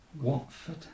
Watford